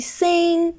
sing